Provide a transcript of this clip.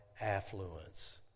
affluence